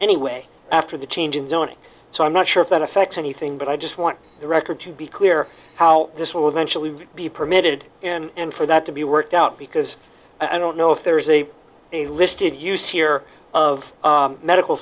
anyway after the change in zoning so i'm not sure that affects anything but i just want the record to be clear how this will eventually be permitted and for that to be worked out because i don't know if there is a a listed use here of medical